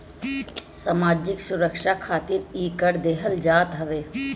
सामाजिक सुरक्षा खातिर इ कर देहल जात हवे